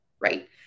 right